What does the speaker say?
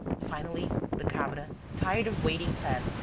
finally, the cabra, tired of waiting, said,